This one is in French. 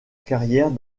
carrière